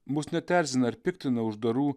mus net erzina ar piktina uždarų